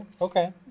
Okay